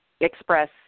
express